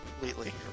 completely